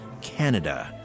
Canada